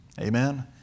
amen